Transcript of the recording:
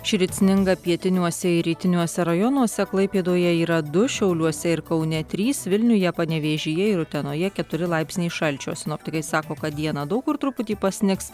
šįryt sninga pietiniuose ir rytiniuose rajonuose klaipėdoje yra du šiauliuose ir kaune trys vilniuje panevėžyje ir utenoje keturi laipsniai šalčio sinoptikai sako kad dieną daug kur truputį pasnigs